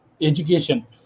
education